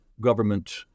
government